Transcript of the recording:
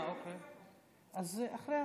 אז אחרי,